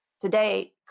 Today